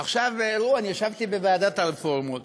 עכשיו, ראו, אני ישבתי בוועדת הרפורמות,